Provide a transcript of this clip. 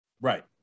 Right